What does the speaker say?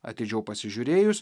atidžiau pasižiūrėjus